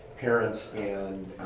parents and